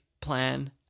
plan